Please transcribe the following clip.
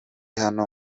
hano